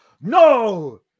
no